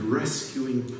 rescuing